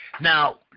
Now